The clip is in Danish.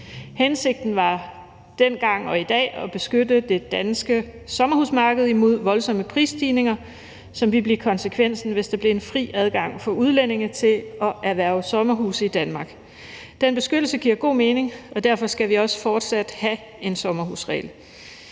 Hensigten var dengang og i dag at beskytte det danske sommerhusmarked imod voldsomme prisstigninger, som ville blive konsekvensen, hvis der blev en fri adgang for udlændinge til at erhverve sommerhuse i Danmark. Den beskyttelse giver god mening, og derfor skal vi også fortsat have en sommerhusregel.